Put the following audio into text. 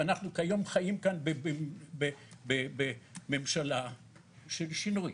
ואנחנו היום חיים כאן בממשלה של שינוי.